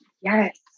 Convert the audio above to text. Yes